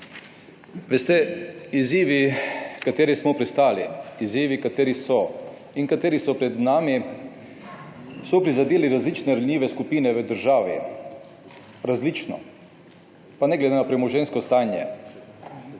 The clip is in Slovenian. Veste, izzivi, v katerih smo pristali, izzivi, ki so pred nami, so prizadeli različne ranljive skupine v državi različno, pa ne glede na premoženjsko stanje.